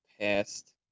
past